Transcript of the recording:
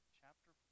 chapter